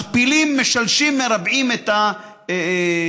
מכפילים, משלשים, מרבעים את המחירים.